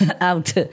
out